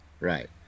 Right